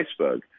iceberg